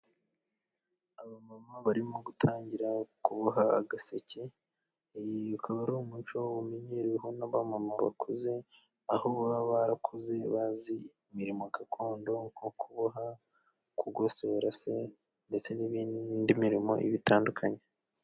Aba mama barimo gutangira kuboha agaseke, iyi ukaba ari umuco umenyereweho n'abamama bakuze, aho baba barakoze, bazi imirimo gakondo nko kuboha, kugosora se, ndetse n'indi mirimo iba itandukanye.